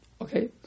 Okay